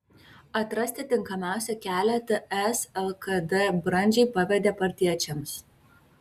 atrasti tinkamiausią kelią ts lkd brandžiai pavedė partiečiams